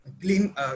clean